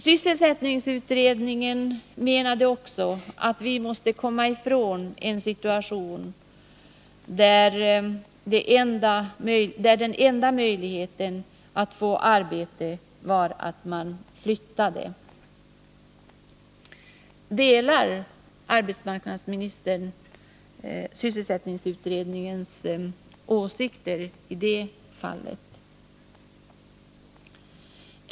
Sysselsättningsutredningen menade också att vi måste komma ifrån en situation där den enda möjligheten att få arbete är att man flyttar till annan ort. Delar arbetsmarknadsministern sysselsättningsutredningens åsikt i det fallet?